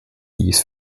these